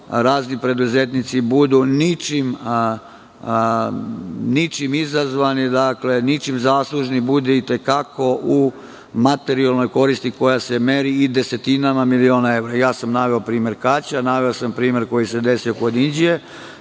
razni preduzetnici budu ničim izazvani, dakle ničim zaslužni budu u materijalnoj koristi, koja se meri i desetinama miliona evra. Naveo sam primer Kaća, naveo sam primer koji se desio u Inđiji,